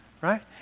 Right